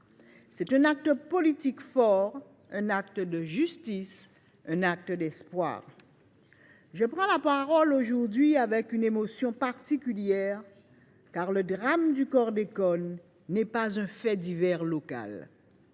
C’est un acte politique fort, un acte de justice, un acte d’espoir ! Je prends la parole aujourd’hui avec une émotion particulière, car le drame du chlordécone n’est pas un fait divers local